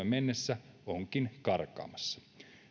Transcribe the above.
mennessä onkin karkaamassa